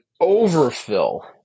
overfill